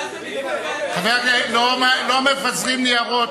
מאז הליכוד בידיים, לא מפזרים ניירות.